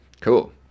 Cool